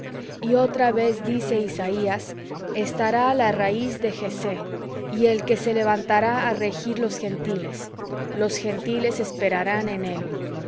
y otra vez dice isaías estará la raíz de jessé y el que se levantará á regir los gentiles los gentiles esperarán en él